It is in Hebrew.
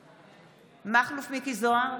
זוהר,